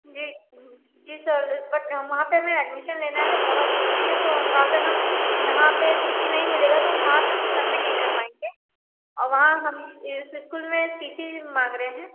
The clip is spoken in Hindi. जी जी सर बट हम वहाँ पे हमें एडमिशन लेना बहुत जरूरी है तो अगर हम यहाँ पे टी सी नहीं मिलेगा तो हम वहाँ पे सबमिट नहीं कर पाएँगे और वहाँ हम इस स्कूल में टी सी मांग रहे हैं